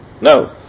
No